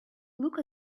look